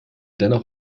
dennoch